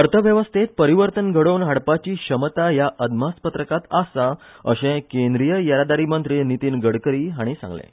अर्थवेवस्थेंत परिवर्तन घडोवन हाडपाची तांक ह्या अदमासपत्रकांत आसा अशें केंद्रीय येरादारी मंत्री नितीन गडकरी हांणी सांगलें